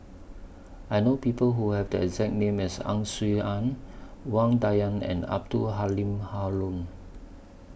I know People Who Have The exact name as Ang Swee Aun Wang Dayuan and Abdul Halim Haron